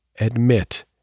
admit